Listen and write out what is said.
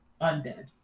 undead